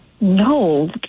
No